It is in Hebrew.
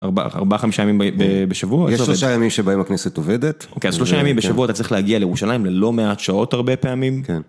ארבע, ארבע, חמישה ימים בשבוע? יש שלושה ימים שבהם הכנסת עובדת. אוקיי, אז שלושה ימים בשבוע אתה צריך להגיע לירושלים ללא מעט שעות הרבה פעמים. כן.